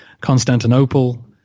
Constantinople